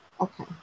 okay